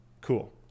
cool